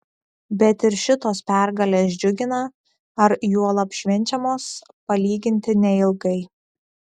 bet ir šitos pergalės džiugina ar juolab švenčiamos palyginti neilgai